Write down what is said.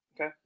Okay